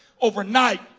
overnight